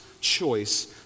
choice